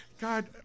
God